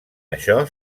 això